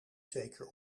zeker